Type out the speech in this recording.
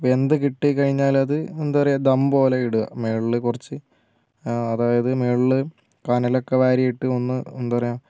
വെന്ത് കിട്ടിക്കഴിഞ്ഞാൽ അത് എന്താ പറയുക ദം പോലെ ഇടുക മുകളിൽ കുറച്ച് അതായത് മുകളിൽ കനലൊക്കെ വാരിയിട്ട് ഒന്ന് എന്താ പറയുക